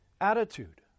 attitude